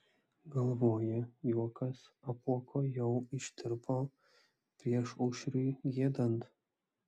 galvoji juokas apuoko jau ištirpo priešaušriui giedant